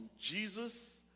Jesus